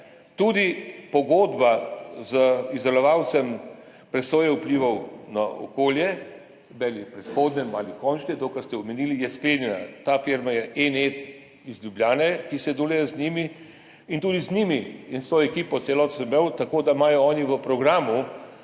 tudi pogodba z izdelovalcem presoje vplivov na okolje, to pomeni predhodni ali končni, to kar ste omenili, je sklenjena. Ta firma je E-NET iz Ljubljane, ki sodeluje z njimi. Tudi z njimi in s to celo ekipo sem se dobil, tako da imajo oni v programu